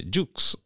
Jukes